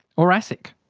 or asic?